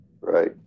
right